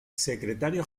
secretario